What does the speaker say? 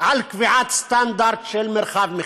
על קביעת סטנדרט של מרחב מחיה,